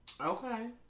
Okay